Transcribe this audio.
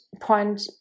point